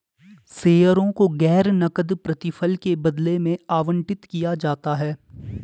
शेयरों को गैर नकद प्रतिफल के बदले में आवंटित किया जाता है